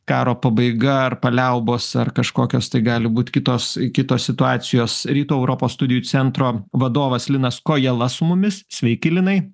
karo pabaiga ar paliaubos ar kažkokios tai gali būt kitos kitos situacijos rytų europos studijų centro vadovas linas kojala su mumis sveiki linai